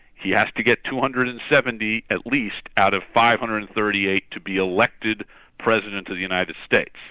he has to get two hundred and seventy at least out of five hundred and thirty eight to be elected president of the united states.